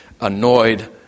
annoyed